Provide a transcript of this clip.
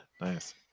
Nice